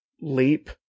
leap